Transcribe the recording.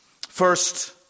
First